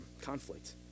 conflict